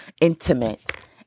intimate